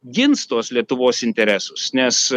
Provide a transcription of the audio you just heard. gins tuos lietuvos interesus nes